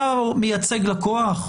אתה מייצג לקוח.